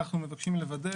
אנחנו מבקשים לוודא,